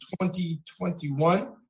2021